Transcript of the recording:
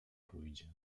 pójdzie